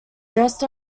dressed